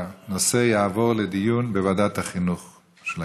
הנושא יעבור לדיון בוועדת החינוך של הכנסת.